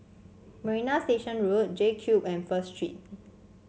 Marina Station Road J Cube and First Street